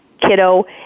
kiddo